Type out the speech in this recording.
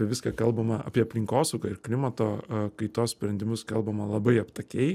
apie viską kalbama apie aplinkosaugą ir klimato kaitos sprendimus kalbama labai aptakiai